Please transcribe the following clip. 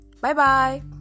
Bye-bye